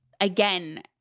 again